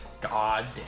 God